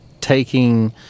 taking